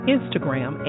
Instagram